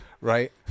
right